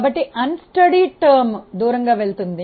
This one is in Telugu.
కాబట్టి అస్థిరంగా ఉన్న పదం దూరంగా వెళ్తుంది